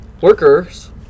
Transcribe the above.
Workers